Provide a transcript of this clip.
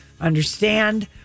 understand